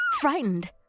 frightened